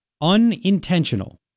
unintentional